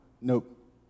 Nope